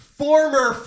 former